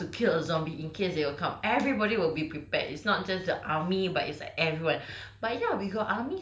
will train each other how to kill a zombie in case they will come everybody will be prepared it's not just the army but it's like everyone